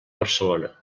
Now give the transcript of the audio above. barcelona